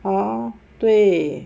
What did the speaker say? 哦对